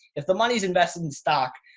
if the money's invested in stock,